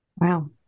wow